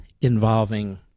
involving